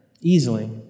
easily